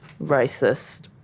racist